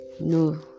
No